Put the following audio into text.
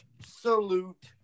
absolute